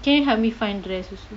can you help me find dress also